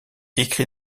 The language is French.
écrit